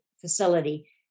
facility